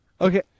okay